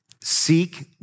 seek